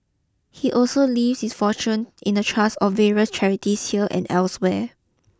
he also leaves his fortune in a trust of various charities here and elsewhere